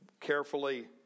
carefully